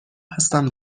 هستم